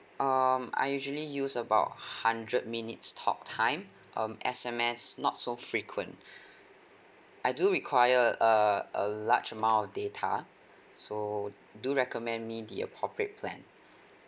um I usually use about hundred minutes talk time um S_M_S not so frequent I do require a a large amount of data so do recommend me the appropriate plan